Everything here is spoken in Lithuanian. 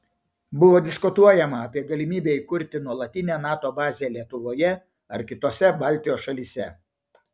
buvo diskutuojama apie galimybę įkurti nuolatinę nato bazę lietuvoje ar kitose baltijos šalyse